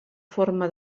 forma